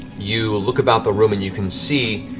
you look about the room, and you can see